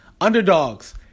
Underdogs